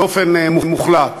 באופן מוחלט.